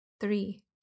Three